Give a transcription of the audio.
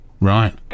Right